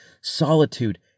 solitude